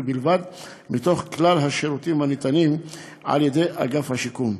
בלבד בכלל השירותים הניתנים על ידי אגף השיקום.